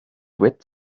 wit